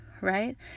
Right